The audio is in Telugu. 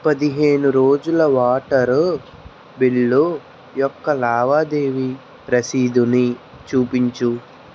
పదిహేను రోజుల వాటరు బిల్లు యొక్క లావాదేవీ రసీదుని చూపించు